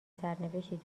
سرنوشتی